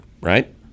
Right